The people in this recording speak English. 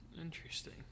Interesting